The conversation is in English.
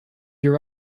your